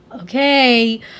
okay